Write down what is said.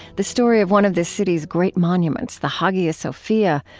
the story of one of the city's great monuments, the hagia sophia,